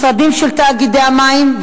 משרדים של תאגידי המים,